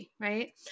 right